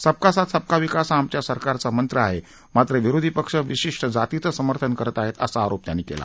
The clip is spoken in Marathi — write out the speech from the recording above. सबका साथ सबका विकास हा आमच्या सरकाराचा मंत्रा आहे मात्र विरोधी पक्ष विशिष्ट जातीचं समर्थन करत आहेत असा आरोप त्यांनी केला